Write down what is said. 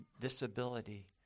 disability